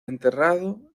enterrado